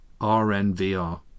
RNVR